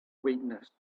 weakness